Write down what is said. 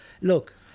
look